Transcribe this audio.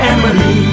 Emily